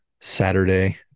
Saturday